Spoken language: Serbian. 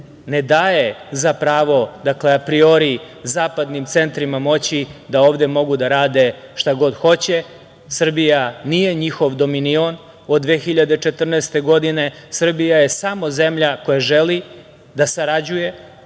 ne daje za pravo, dakle apriori, zapadnim centrima moći da ovde mogu da rade šta god hoće. Srbija nije njihov dominion od 2014. godine, Srbija je samo zemlja koja želi da sarađuje,